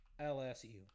LSU